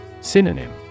Synonym